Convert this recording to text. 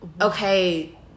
okay